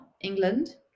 england